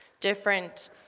different